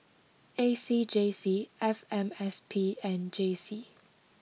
A C J C F M S P and J C